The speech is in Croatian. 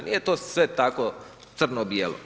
Nije to sve tako crno-bijelo.